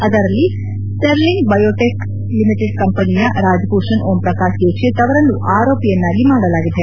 ಅದರಲ್ಲಿ Sterling Biotech Limited ಕಂಪನಿಯ ರಾಜ್ಭೂಷಣ್ ಓಂಪ್ರಕಾಶ್ ದೀಕ್ಷಿತ್ ಅವರನ್ನು ಆರೋಪಿಯನ್ನಾಗಿ ಮಾಡಲಾಗಿದೆ